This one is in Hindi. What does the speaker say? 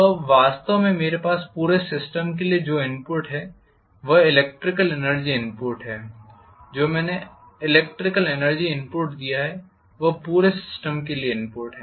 तो अब वास्तव में मेरे पास पूरे सिस्टम के लिए जो इनपुट है वह इलेक्ट्रिकल एनर्जी इनपुट है जो मैंने इलेक्ट्रिकल एनर्जी इनपुट दिया है वह पूरे सिस्टम के लिए इनपुट है